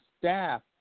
staff